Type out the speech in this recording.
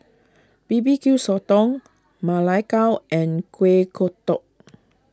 B B Q Sotong Ma Lai Gao and Kuih Kodok